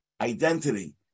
identity